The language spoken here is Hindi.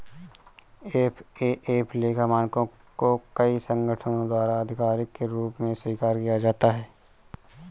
एफ.ए.एफ लेखा मानकों को कई संगठनों द्वारा आधिकारिक के रूप में स्वीकार किया जाता है